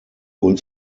uns